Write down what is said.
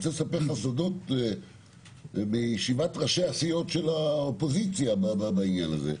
ואני רוצה לספר לך סודות מישיבת ראשי הסיעות של האופוזיציה בעניין הזה.